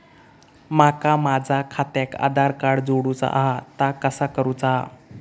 माका माझा खात्याक आधार कार्ड जोडूचा हा ता कसा करुचा हा?